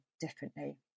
differently